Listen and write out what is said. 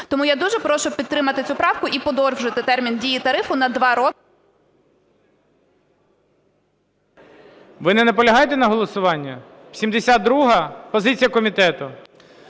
Тому я дуже прошу підтримати цю правку і подовжити термін дії тарифу на два роки. ГОЛОВУЮЧИЙ. Ви не наполягаєте на голосуванні? 72-а? Позиція комітету.